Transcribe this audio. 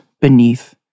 beneath